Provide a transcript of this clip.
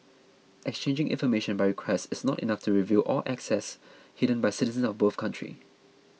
exchanging information by request is not enough to reveal all assets hidden by citizens of both countries